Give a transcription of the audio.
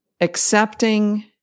accepting